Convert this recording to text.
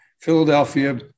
Philadelphia